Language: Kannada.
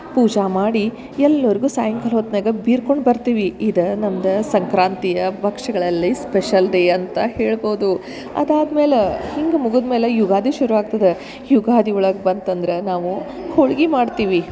ಪೂಜಾ ಮಾಡಿ ಎಲ್ಲರಿಗು ಸಾಯಿಂಕಾಲ ಹೊತ್ನಾಗ ಬಿರ್ಕೊಂಡು ಬರ್ತೀವಿ ಇದು ನಮ್ದ ಸಂಕ್ರಾಂತಿಯ ಭಕ್ಷ್ಯಗಳಲ್ಲಿ ಸ್ಪೆಷಲ್ ರೀ ಅಂತ ಹೇಳ್ಬೋದು ಅದಾದ್ಮೇಲೆ ಹಿಂಗೆ ಮುಗುದ್ಮೇಲೆ ಯುಗಾದಿ ಶುರು ಆಗ್ತದೆ ಯುಗಾದಿ ಒಳ್ಗ ಬಂತಂದ್ರ ನಾವು ಹೋಳಿಗಿ ಮಾಡ್ತೀವಿ